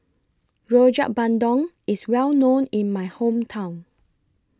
Rojak Bandung IS Well known in My Hometown